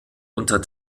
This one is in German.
unter